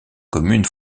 communes